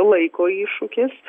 laiko iššūkis